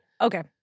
Okay